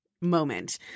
moment